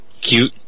cute